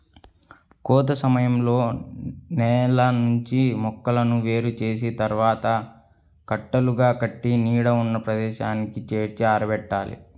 కోత సమయంలో నేల నుంచి మొక్కలను వేరు చేసిన తర్వాత కట్టలుగా కట్టి నీడ ఉన్న ప్రదేశానికి చేర్చి ఆరబెట్టాలి